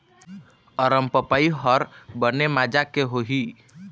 अरमपपई हर बने माजा के होही?